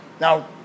Now